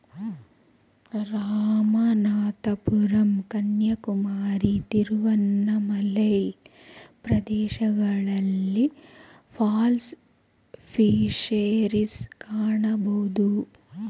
ರಾಮನಾಥಪುರಂ ಕನ್ಯಾಕುಮಾರಿ, ತಿರುನಲ್ವೇಲಿ ಪ್ರದೇಶಗಳಲ್ಲಿ pearl fisheries ಕಾಣಬೋದು